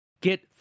Get